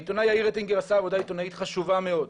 העיתונאי יאיר אטינגר עשה עבודה עיתונאית חשובה מאוד,